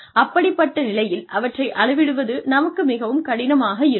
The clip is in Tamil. அப்படிப்பட்ட நிலையில் அவற்றை அளவிடுவது நமக்கு மிகவும் கடினமாக இருக்கும்